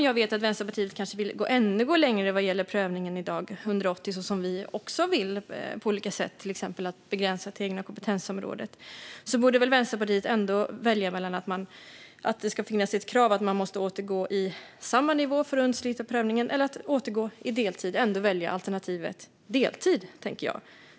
Jag vet att Vänsterpartiet kanske vill gå ännu längre vad gäller prövningen vid dag 180, så som vi också vill på olika sätt. Det gäller till exempel en begränsning till det egna kompetensområdet. Men jag tänker att Vänsterpartiet borde välja alternativet deltid om det man kan välja mellan är att man måste återgå i arbete på samma nivå för att slippa prövningen eller att det räcker att återgå i arbete på deltid.